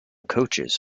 coaches